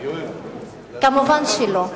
מובן שלא.